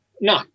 No